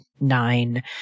nine